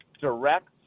direct